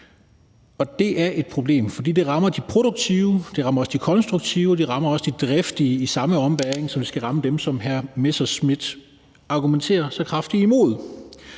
Og det er et problem, for det rammer de produktive, de konstruktive og de driftige i samme ombæring, som det skal ramme dem, som hr. Morten Messerschmidt argumenterer så kraftigt imod.